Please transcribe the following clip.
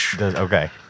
Okay